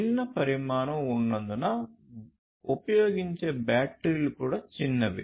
చిన్న పరిమాణం ఉన్నందున ఉపయోగించే బ్యాటరీలు కూడా చిన్నవి